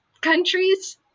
countries